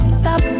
stop